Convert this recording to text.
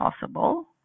possible